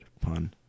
pun